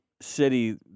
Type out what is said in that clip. city